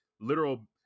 literal